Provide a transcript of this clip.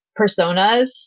personas